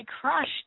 crushed